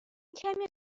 کمی